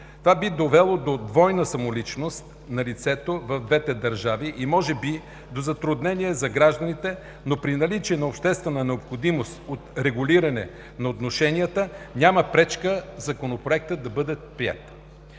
Това би довело до двойна самоличност на лицето в двете държави и може би до затруднения за гражданите, но при наличие на обществена необходимост от регулиране на отношенията няма пречка Законопроектът да бъде приет.